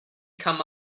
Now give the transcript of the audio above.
come